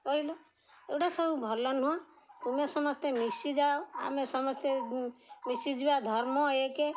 କହିଲୁ ଏଗୁଡ଼ା ସବୁ ଭଲ ନୁହଁ ତୁମେ ସମସ୍ତେ ମିଶିଯାଅ ଆମେ ସମସ୍ତେ ମିଶିଯିବା ଧର୍ମ ଏକେ